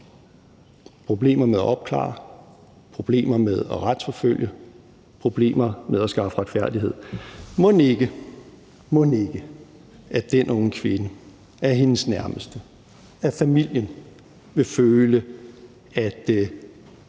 problemer med at opklare det, problemer med at retsforfølge gerningsmanden og problemer med at skaffe retfærdighed. Mon ikke den unge kvinde, hendes nærmeste og hendes familie vil føle, at